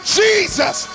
jesus